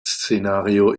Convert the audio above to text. szenario